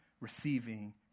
receiving